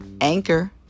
Anchor